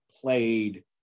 played